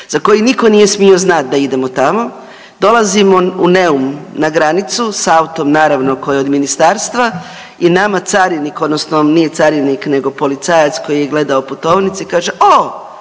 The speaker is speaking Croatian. za koji nitko nije smio znati da idemo tamo. Dolazimo u Neum na granicu, s autom, naravno, koji je od ministarstva i nama carinik, odnosno, nije carinik nego policajac koji je gledao putovnice, kaže o,